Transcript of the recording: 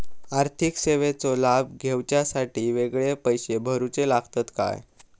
आर्थिक सेवेंचो लाभ घेवच्यासाठी वेगळे पैसे भरुचे लागतत काय?